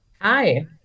Hi